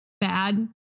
bad